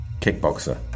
kickboxer